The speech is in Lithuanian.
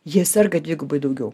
jie serga dvigubai daugiau